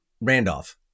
Randolph